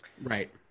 Right